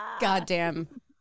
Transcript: Goddamn